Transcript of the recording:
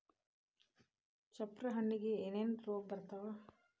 ಚಪ್ರ ಹಣ್ಣಿಗೆ ಏನೇನ್ ರೋಗ ಬರ್ತಾವ?